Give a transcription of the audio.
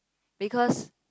because